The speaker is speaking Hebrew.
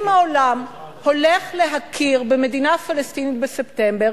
אם העולם הולך להכיר במדינה פלסטינית בספטמבר,